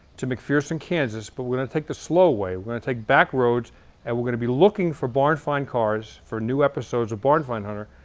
to mcpherson, kansas, but we're gonna take the slow way. we're gonna take back roads and we're gonna be looking for barn find cars for new episodes of barn find hunter,